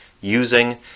using